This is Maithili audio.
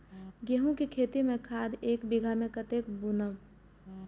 गेंहू के खेती में खाद ऐक बीघा में कते बुनब?